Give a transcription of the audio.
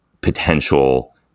potential